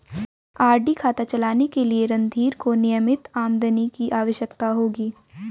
RD खाता चलाने के लिए रणधीर को नियमित आमदनी की आवश्यकता होगी